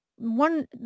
One